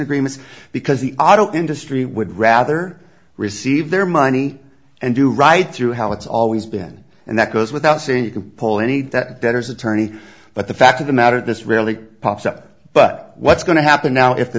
agreements because the auto industry would rather receive their money and do right through how it's always been and that goes without saying you can pull any that debtors attorney but the fact of the matter is this really pops up but what's going to happen now if the